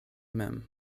mem